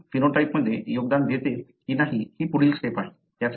jeans फिनोटाइपमध्ये योगदान देते की नाही ही पुढील स्टेप आहे